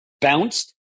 bounced